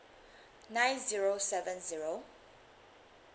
nine zero seven zero